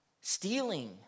stealing